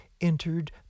entered